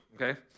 okay